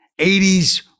80s